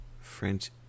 French